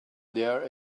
there